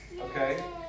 Okay